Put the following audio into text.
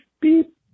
Beep